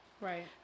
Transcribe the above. Right